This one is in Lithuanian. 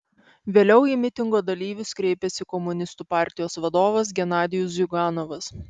vėliau į mitingo dalyvius kreipėsi komunistų partijos vadovas genadijus ziuganovas